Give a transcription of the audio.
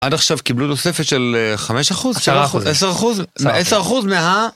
עד עכשיו קיבלו תוספת של חמש אחוז, עשר אחוז, עשר אחוז מה...